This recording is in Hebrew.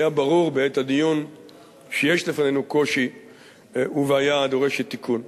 ברור בעת הדיון שיש לפנינו קושי ובעיה הדורשת תיקון.